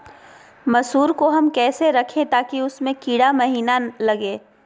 मसूर को हम कैसे रखे ताकि उसमे कीड़ा महिना लगे?